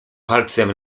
palcem